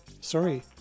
Sorry